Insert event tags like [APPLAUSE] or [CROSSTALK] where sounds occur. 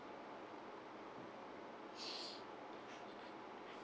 [BREATH]